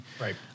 right